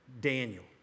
Daniel